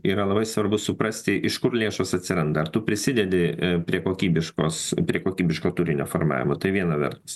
yra labai svarbu suprasti iš kur lėšos atsiranda ar tu prisidedi prie kokybiškos prie kokybiško turinio formavimo tai viena vertus